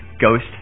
ghost